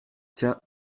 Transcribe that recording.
tiens